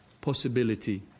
possibility